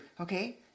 okay